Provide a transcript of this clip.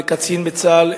בקצין בצה"ל,